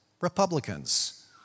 Republicans